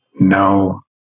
no